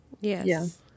Yes